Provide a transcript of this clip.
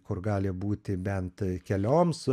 kur gali būti bent kelioms